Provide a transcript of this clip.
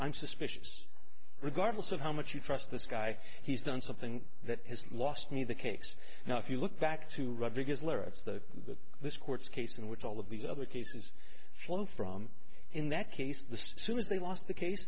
i'm suspicious regardless of how much you trust this guy he's done something that has lost me the case now if you look back to rob because it's the this court's case in which all of these other cases flowed from in that case the soon as they lost the case